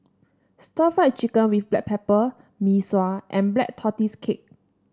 stir Fry Chicken with Black Pepper Mee Sua and Black Tortoise Cake